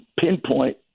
pinpoint